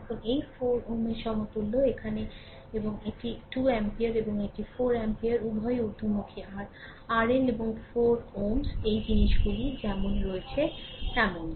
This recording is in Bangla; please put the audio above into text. এখানে এই 4 Ωএর সমতুল্য এখানে এবং এটি 2 অ্যামপিয়ার এবং এটি 4 অ্যামপিয়ার উভয়ই ঊর্ধ্বমুখী R RL এবং 4 Ω এই জিনিসগুলি যেমন রয়েছে তেমন